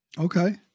Okay